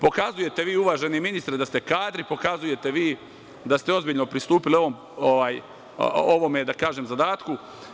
Pokazujete vi, uvaženi ministre, da ste kadri, pokazujete vi da ste ozbiljno pristupili ovome zadatku.